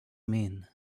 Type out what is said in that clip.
mean